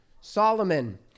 Solomon